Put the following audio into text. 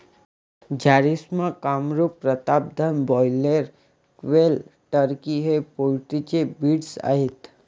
Jharsim, Kamrup, Pratapdhan, broiler, quail, turkey हे poultry चे breed आहेत